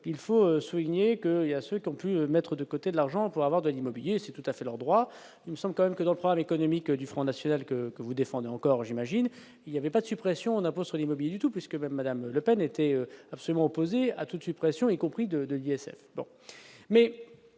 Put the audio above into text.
faut souligner que, il y a ceux qui ont pu mettre de côté, de l'argent pour avoir de l'immobilier, c'est tout à fait leur droit, nous sommes quand même que dans le programme économique du Front national que que vous défendez encore, j'imagine, il y avait pas de suppression d'impôts sur les mobiles du tout puisque même Madame Le Pen était absolument opposés à toute suppression, y compris de de l'ISF.